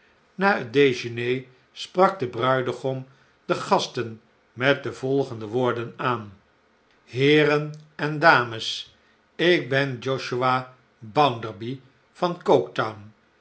het dejeune sprak de bruidegom de gasten met de volgende woorden aan heeren en dames ik ben josiah bounderby van coketown